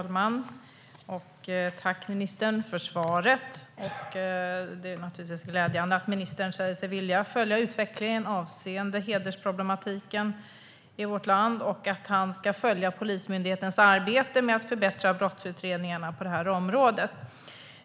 Herr talman! Tack, ministern, för svaret! Det är naturligtvis glädjande att ministern säger sig vilja följa utvecklingen avseende hedersproblematiken i vårt land och följa Polismyndighetens arbete med att förbättra brottsutredningarna på området.